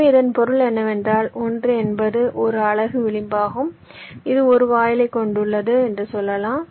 எனவே இதன் பொருள் என்னவென்றால் 1 என்பது ஒரு அலகு விளிம்பாகும் இது 1 வாயிலைக் கொண்டுள்ளது என்று சொல்லலாம்